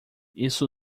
isso